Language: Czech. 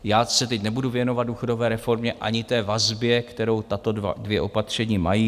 Já se teď nebudu věnovat důchodové reformě ani té vazbě, kterou tato dvě opatření mají.